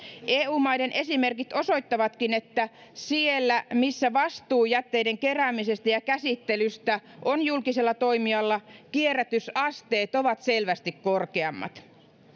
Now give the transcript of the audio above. eu maiden esimerkit osoittavatkin että siellä missä vastuu jätteiden keräämisestä ja käsittelystä on julkisella toimijalla kierrätysasteet ovat selvästi korkeammat